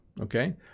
okay